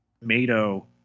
tomato